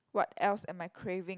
what else am I craving